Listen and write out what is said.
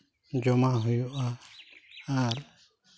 ᱡᱚᱢᱟ ᱦᱩᱭᱩᱜᱼᱟ ᱟᱨ